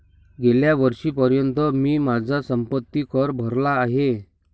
गेल्या वर्षीपर्यंत मी माझा संपत्ति कर भरला आहे